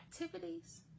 activities